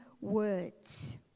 words